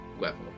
level